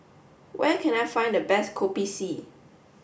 where can I find the best Kopi C